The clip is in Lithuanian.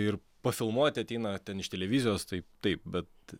ir pafilmuoti ateina ten iš televizijos tai taip bet